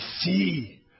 see